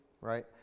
right